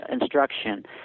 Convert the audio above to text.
instruction